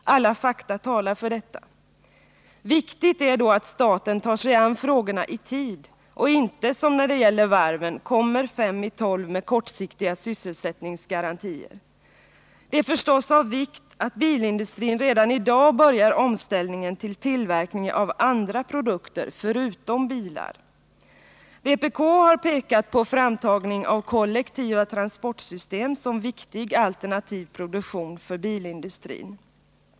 Alla fakta talar för detta. Viktigt är då att staten tar sig an frågorna i tid och inte, som när det gäller varven, kommer fem i tolv med kortsiktiga sysselsättningsgarantier. Det är förstås av vikt att bilindustrin redan i dag börjar omställningen till tillverkning av andra produkter förutom bilar. Vpk har pekat på framtagning av kollektiva transportsystem som viktig alternativ produktion för bilindustrin.